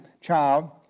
child